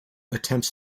attempts